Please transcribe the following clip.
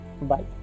bye